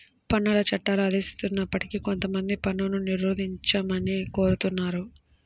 పన్నుల చట్టాలు ఆదేశిస్తున్నప్పటికీ కొంతమంది పన్నును నిరోధించమనే కోరుతున్నారు